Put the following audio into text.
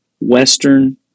Western